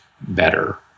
better